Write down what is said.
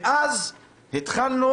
ואז התחלנו